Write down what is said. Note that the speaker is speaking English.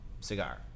cigar